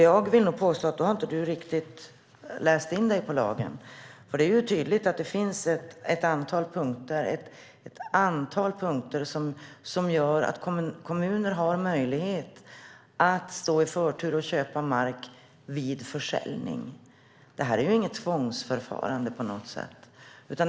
Jag vill påstå att du inte riktigt har läst in dig på lagen. Det är tydligt att det finns ett antal punkter som gör att kommuner har möjlighet till förtur för att köpa mark vid försäljning. Det är inte något tvångsförfarande.